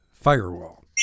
Firewall